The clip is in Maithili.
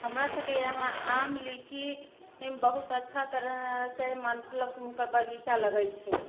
हमरा सबके यहाँ आम लीची बहुत अच्छा तरहसँ मतलब हुनकर बगीचा लगै छै